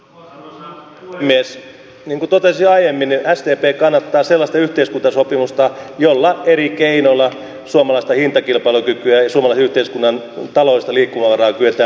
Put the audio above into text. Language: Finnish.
niin kuin totesin aiemmin sdp kannattaa sellaista yhteiskuntasopimusta jolla eri keinoilla suomalaista hintakilpailukykyä ja suomalaisen yhteiskunnan taloudellista liikkumavaraa kyetään parantamaan